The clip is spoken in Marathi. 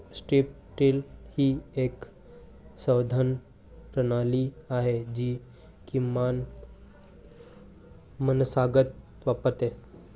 स्ट्रीप टिल ही एक संवर्धन प्रणाली आहे जी किमान मशागत वापरते